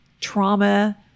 trauma